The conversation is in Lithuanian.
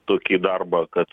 tokį darbą kad